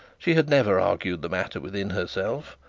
she had never argued the matter within herself,